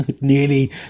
nearly